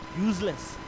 Useless